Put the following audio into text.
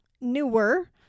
newer